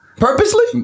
Purposely